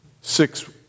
six